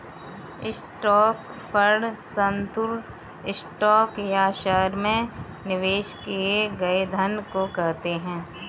stock fund वस्तुतः stock या शहर में निवेश किए गए धन को कहते हैं